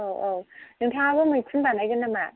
औ औ नोंथाङाबो मैखुन बानायगोन नामा